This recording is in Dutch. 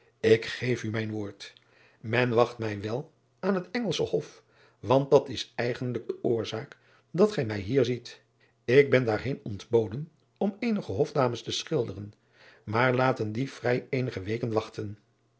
k geef u mijn woord en wacht mij wel aan het ngelsche of want dat is eigenlijk de oorzaak dat gij mij hier ziet k ben daar heen ontboden om eenige ofdames te schilderen maar laten die vrij eenige weken wachten